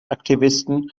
aktivisten